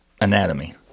anatomy